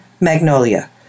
Magnolia